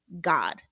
god